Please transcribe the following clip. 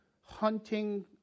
hunting